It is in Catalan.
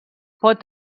pot